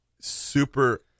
super